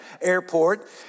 airport